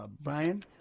Brian